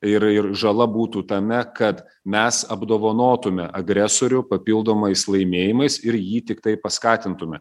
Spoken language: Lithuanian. ir ir žala būtų tame kad mes apdovanotume agresorių papildomais laimėjimais ir jį tiktai paskatintume